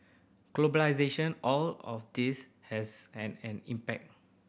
globalisation all of this has had an impact